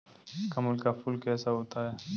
कमल का फूल कैसा होता है?